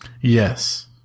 Yes